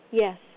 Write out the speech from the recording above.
Yes